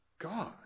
God